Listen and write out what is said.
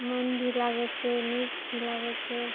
मन भी लागै छै नीक भी लागै छै